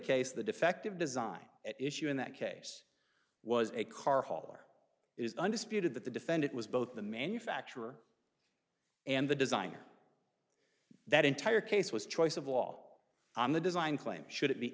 case the defective design at issue in that case was a car hauler is undisputed that the defendant was both the manufacturer and the designer that entire case was choice of law on the design claim should it be